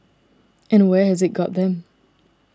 and where has it got them